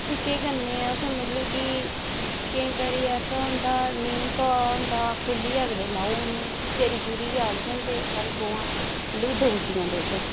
फ्ही केह् करने अस मतलब कि केईं बारी ऐसा होंदा नेईं घाऽ होंदा खोहल्लियै अगड़े लाई ओड़ने चरियै आई जंदे साढ़ी गवां मतलब कि देई ओड़दियां दुद्ध